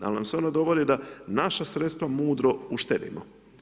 Pa nam se onda dogodi da naša sredstva mudro uštedimo.